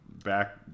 back